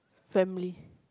family